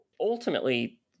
ultimately